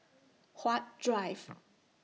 Huat Drive